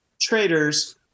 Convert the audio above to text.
traders